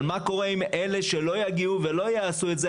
אבל מה קורה עם אלה שלא יגיעו ולא יעשו את זה,